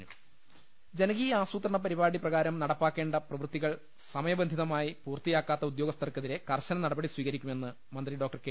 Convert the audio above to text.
ലലലലലലലലലലലലല ജനകീയാസൂത്രണ പരിപാടി പ്രകാരം നടപ്പാക്കേണ്ട പ്രവൃത്തികൾ സമയബന്ധിതമായി പൂർത്തിയാക്കാത്ത ഉദ്യോഗസ്ഥർക്കെതിരെ കർശന നടപടി സ്വീകരിക്കു മെന്ന് മന്ത്രി ഡോ കെ